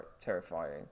terrifying